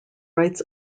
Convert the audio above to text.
writes